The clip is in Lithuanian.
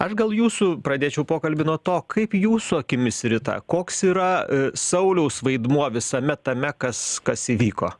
aš gal jūsų pradėčiau pokalbį nuo to kaip jūsų akimis rita koks yra sauliaus vaidmuo visame tame kas kas įvyko